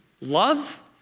love